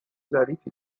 ظریفی